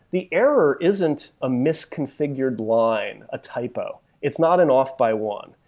the error isn't a misconfigured line, a typo. it's not an off by one.